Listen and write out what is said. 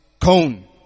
cone